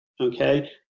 okay